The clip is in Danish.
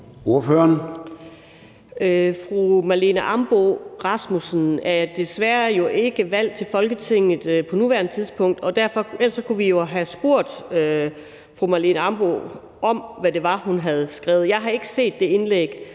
Fru Marlene Ambo-Rasmussen er jo desværre ikke valgt til Folketinget på nuværende tidspunkt. Ellers kunne vi jo have spurgt fru Marlene Ambo-Rasmussen om, hvad det var, hun havde skrevet. Jeg har ikke set det indlæg,